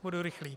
Budu rychlý.